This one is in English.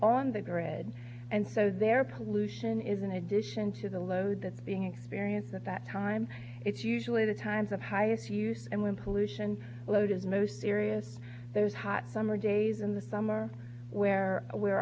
on the grid and so their pollution is in addition to the load that's being experienced at that time it's usually the times of highest use and when pollution load is most serious those hot summer days in the summer where we